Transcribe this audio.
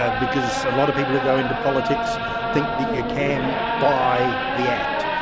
ah because a lot of people who go into politics think that you can buy the act.